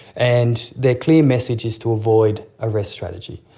and their clear message is to avoid a rest strategy,